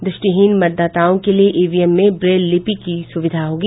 द्रष्टिहीन मतदाताओं के लिए ईवीएम में ब्रेल लिपि की सुविधा होगी